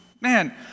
man